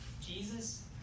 Jesus